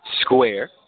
square